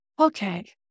okay